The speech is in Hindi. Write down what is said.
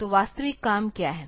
तो वास्तविक काम क्या है